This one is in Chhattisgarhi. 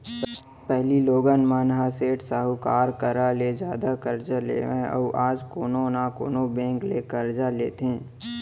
पहिली लोगन मन ह सेठ साहूकार करा ले जादा करजा लेवय अउ आज कोनो न कोनो बेंक ले करजा लेथे